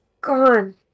gone